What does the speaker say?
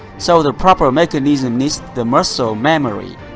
so the proper mechanism needs the muscle memory.